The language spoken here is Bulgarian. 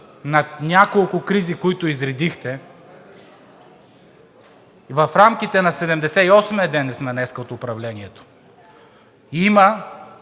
на няколко кризи, които изредихте, в рамките на 78-ия ден ли сме днес от управлението, има